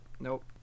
nope